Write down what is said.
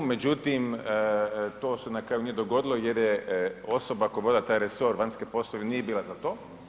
Međutim to se na kraju nije dogodilo jer je osoba koja je vodila taj resor, vanjske poslove nije bila za to.